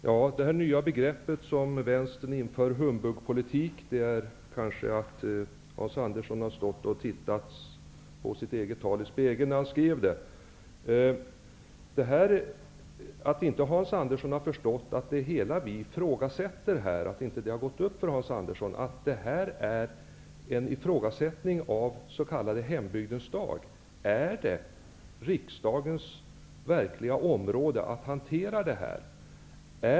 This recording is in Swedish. Fru talman! Det nya begrepp som Vänstern inför, humbugpolitik, har kanske uppkommit när Hans Andersson har stått och tittat på sitt eget tal i spegeln när han skrev det. Det är konstigt att Hans Andersson inte har förstått att det vi ifrågasätter är den s.k. hembygdens dag. Är det verkligen ett område för riksdagen att hantera?